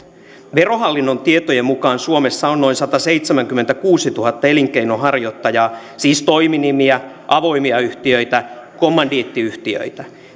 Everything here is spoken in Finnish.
verohallinnon tietojen mukaan suomessa on noin sataseitsemänkymmentäkuusituhatta elinkeinonharjoittajaa siis toiminimiä avoimia yhtiöitä kommandiittiyhtiöitä